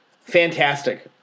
Fantastic